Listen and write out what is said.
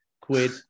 quid